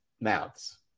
mouths